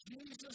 Jesus